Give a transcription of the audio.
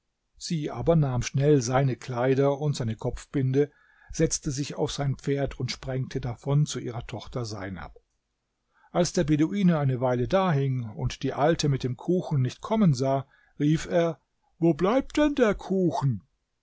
sie aber nahm schnell seine kleider und seine kopfbinde setzte sich auf sein pferd und sprengte davon zu ihrer tochter seinab als der beduine eine weile dahing und die alte mit dem kuchen nicht kommen sah rief er wo bleibt denn der kuchen